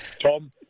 Tom